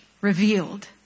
Revealed